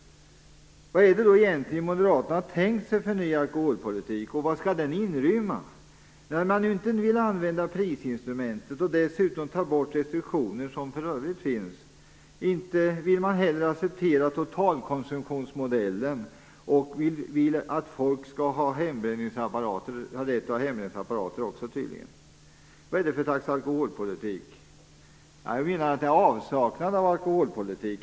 Vad är det egentligen för ny alkoholpolitik som Moderaterna har tänkt sig, och vad skall den inrymma? När man nu inte vill använda prisinstrumentet, och dessutom tar bort de restriktioner som för övrigt finns, vill man inte heller acceptera totalkonsumtionsmodellen, och man vill tydligen också att folk skall ha rätt att ha hembränningsapparater. Vad är det för slags alkoholpolitik? Jag menar att det är avsaknad av alkoholpolitik.